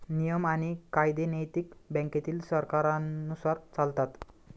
नियम आणि कायदे नैतिक बँकेतील सरकारांनुसार चालतात